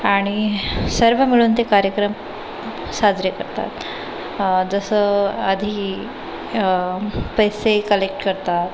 आणि सर्व मिळून ते कार्यक्रम साजरे करतात जसं आधी पैसे कलेक्ट करतात